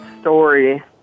story